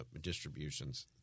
distributions